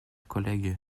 collègue